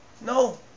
No